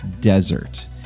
Desert